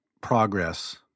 progress